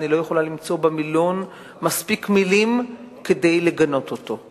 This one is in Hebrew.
ואני לא יכולה למצוא במילון מספיק מלים כדי לגנות אותו.